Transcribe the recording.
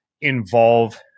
involve